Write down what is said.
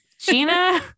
Gina